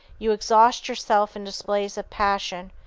you exhaust yourself in displays of passion,